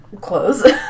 clothes